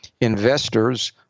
investors